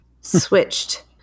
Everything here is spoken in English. switched